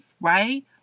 right